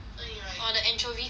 or the anchovy kind lah